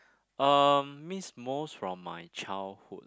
um miss most from my childhood